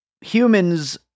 humans